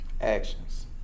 Actions